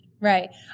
Right